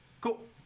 Cool